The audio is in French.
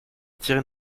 tirez